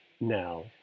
now